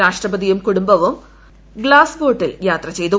രാഷ്ട്രപതിയും കുടുംബവും glass bottle യാത്ര ചെയ്തു